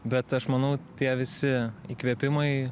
bet aš manau tie visi įkvėpimai